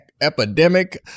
epidemic